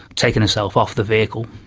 taken herself off the vehicle.